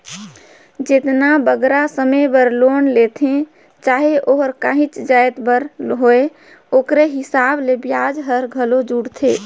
जेतना बगरा समे बर लोन लेथें चाहे ओहर काहींच जाएत बर होए ओकरे हिसाब ले बियाज हर घलो जुड़थे